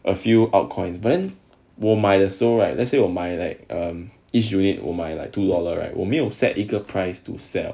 a few out coins but then 我有买的时候 right let's say 我买 like um each unit 我买 like two dollar right 我没有 set 一个 price to sell